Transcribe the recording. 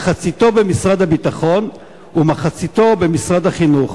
מחציתו במשרד הביטחון ומחציתו במשרד החינוך.